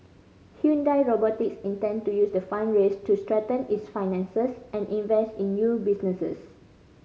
Hyundai Robotics intend to use the fund raised to strengthen its finances and invest in new businesses